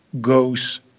goes